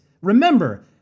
remember